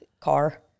car